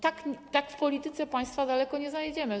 Tak w polityce państwa daleko nie zajedziemy.